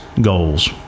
goals